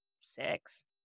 six